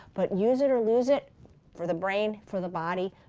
but use it or lose it for the brain, for the body.